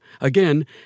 Again